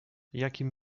jakim